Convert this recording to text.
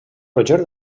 roger